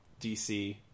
DC